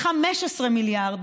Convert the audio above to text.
15 מיליארד,